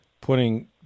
putting